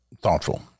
thoughtful